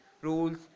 rules